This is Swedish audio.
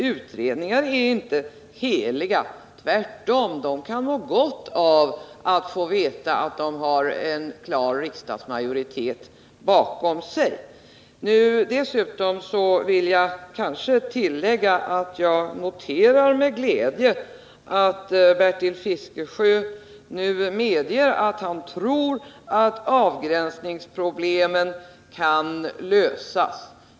Utredningar är inte heliga; tvärtom kan de må gott av att få veta att de har en klar riksdagsmajoritet bakom sig! Dessutom noterar jag med glädje att Bertil Fiskesjö nu medger att han tror att avgränsningsproblemen kan lösas.